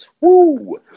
Woo